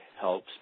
helps